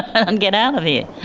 and get out of here,